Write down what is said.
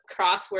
crossword